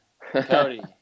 Cody